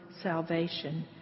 salvation